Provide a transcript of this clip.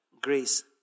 Grace